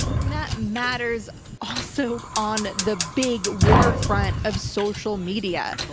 and that matters also on the big war front of social media,